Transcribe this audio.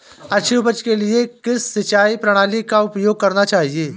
अच्छी उपज के लिए किस सिंचाई प्रणाली का उपयोग करना चाहिए?